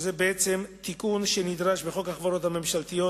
זה בעצם תיקון שנדרש בחוק החברות הממשלתיות,